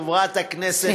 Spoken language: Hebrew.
חברת הכנסת יוליה,